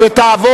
התשע"א 2010,